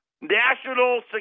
national